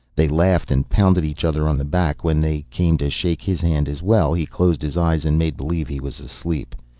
they laughed and pounded each other on the back. when they came to shake his hand as well, he closed his eyes and made believe he was asleep.